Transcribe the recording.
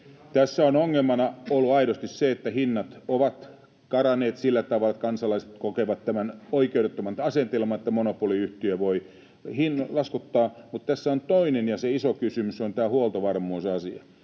Tässä on ongelmana ollut aidosti se, että hinnat ovat karanneet sillä tavalla, että kansalaiset kokevat oikeudettomana asetelmana tämän, että monopoliyhtiö voi laskuttaa. Mutta toinen ja se iso kysymys tässä on tämä huoltovarmuusasia.